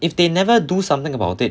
if they never do something about it